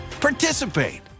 participate